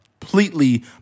completely